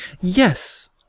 Yes